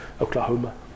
Oklahoma